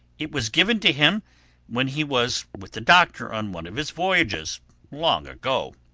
it was given to him when he was with the doctor on one of his voyages long ago.